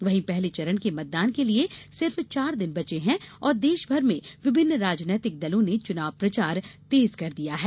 वहीं पहले चरण के मतदान के लिए सिर्फ चार दिन बचे हैं और देशभर में विभिन्न राजनीतिक दलों ने चुनाव प्रचार तेज कर दिया है